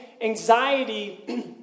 anxiety